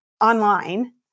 online